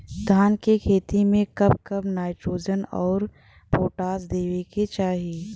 धान के खेती मे कब कब नाइट्रोजन अउर पोटाश देवे के चाही?